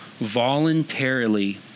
voluntarily